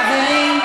חברים,